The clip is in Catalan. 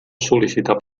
sol·licitar